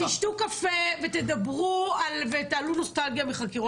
תשתו קפה ותדברו ותעלו נוסטלגיה מחקירות העבר.